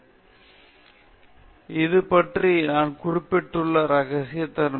எனவே இது பற்றி நான் குறிப்பிட்டுள்ள இரகசியத்தன்மை